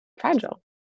fragile